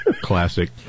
Classic